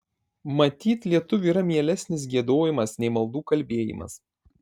matyt lietuviui yra mielesnis giedojimas nei maldų kalbėjimas